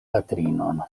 patrinon